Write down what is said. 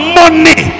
money